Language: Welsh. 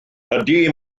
ydi